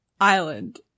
Island